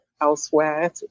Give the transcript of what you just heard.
elsewhere